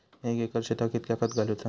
एक एकर शेताक कीतक्या खत घालूचा?